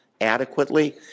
adequately